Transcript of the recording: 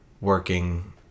working